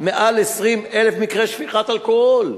מעל 20,000 מקרי שפיכת אלכוהול.